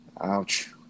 Ouch